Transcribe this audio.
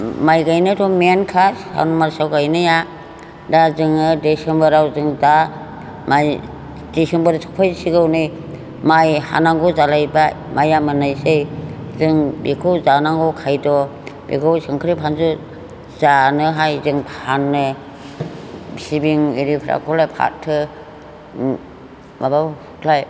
माइ गायनायाथ' मेनखा सावन मासाव गायनाया दा जोङो डिसिम्बराव जों दा माइ डिसिम्बरसो फैसिगौ नै माइ हानांगौ जालायबाय माइआ मोननायसै जों बेखौ जानांगौ खायद' बेखौ सोंख्रि फानजुथ जानोहाय जों फानो सिबिं इरिफोराखौलाय फाथो माबा